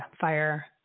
fire